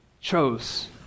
chose